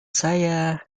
saya